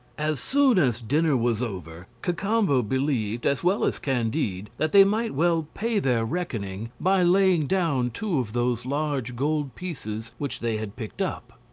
as soon as dinner was over, cacambo believed as well as candide that they might well pay their reckoning by laying down two of those large gold pieces which they had picked up.